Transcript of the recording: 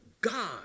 God